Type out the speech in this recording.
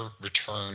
return